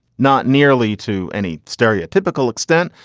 not nearly to any stereotypical extent.